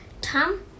Tom